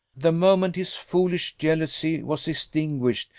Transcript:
the moment his foolish jealousy was extinguished,